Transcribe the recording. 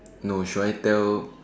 no should I tell